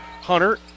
Hunter